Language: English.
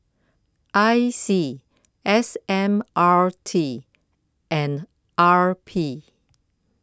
I C S M R T and R P